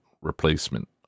replacement